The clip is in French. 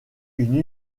une